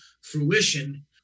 fruition